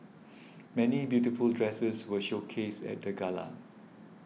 many beautiful dresses were showcased at the gala